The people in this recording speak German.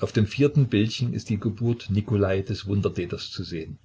auf dem vierten bildchen ist die geburt nikolai des wundertäters zu sehen